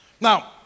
Now